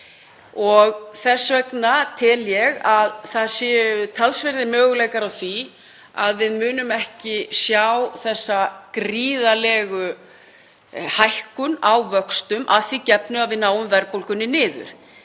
Þess vegna tel ég að það séu talsverðir möguleikar á því að við munum ekki sjá þessa gríðarlegu hækkun á vöxtum, að því gefnu að við náum verðbólgunni niður.